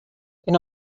and